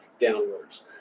downwards